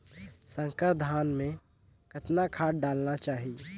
संकर धान मे कतना खाद डालना चाही?